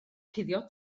cuddio